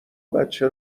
بچه